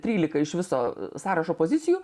trylika iš viso sąrašo pozicijų